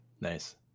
Nice